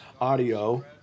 audio